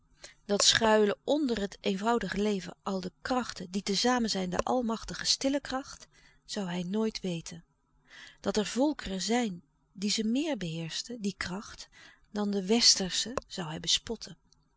dat schuilen onder het eenvoudige leven al de krachten die te zamen zijn de almachtige stille kracht zoû hij nooit weten dat er volkeren zijn die ze meer beheerschen die kracht dan de westersche zoû hij bespotten